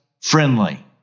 friendly